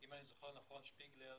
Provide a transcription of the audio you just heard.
אם אני זוכר נכון, שפיגלר,